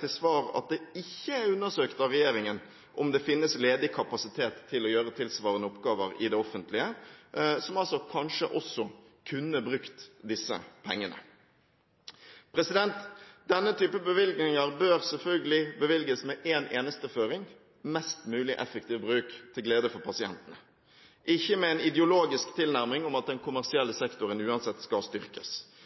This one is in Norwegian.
til svar at det ikke er undersøkt av regjeringen om det finnes ledig kapasitet til å gjøre tilsvarende oppgaver i det offentlige, som kanskje også kunne brukt disse pengene. Denne typen bevilgninger bør selvfølgelig bevilges med en eneste føring: mest mulig effektiv bruk til glede for pasientene – ikke med en ideologisk tilnærming om at den kommersielle sektoren uansett skal styrkes.